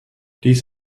dies